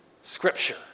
scripture